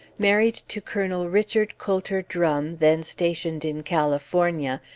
married to colonel richard coulter drum, then stationed in california,